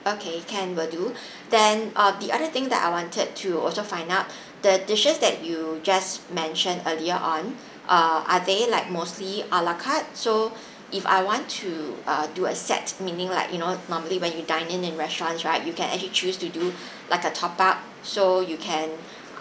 okay can will do then err the other thing that I wanted to also find out the dishes that you just mentioned earlier on uh are they like mostly ala carte so if I want to uh do a set meaning like you know normally when you dine in in restaurants right you can actually choose to do like a top up so you can